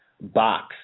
box